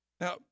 Now